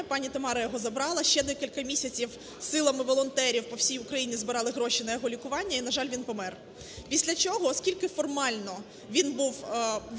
пані Тамара його забрала, ще декілька місяців силами волонтерів по всій Україні збирали гроші на його лікування. І, на жаль, він помер. Після чого, оскільки формально, він помер